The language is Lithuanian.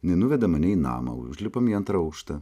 jinai nuveda mane į namą užlipom į antrą aukštą